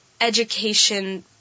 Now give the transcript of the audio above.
education